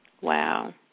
Wow